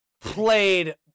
played